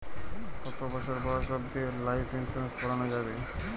কতো বছর বয়স অব্দি লাইফ ইন্সুরেন্স করানো যাবে?